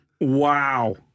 wow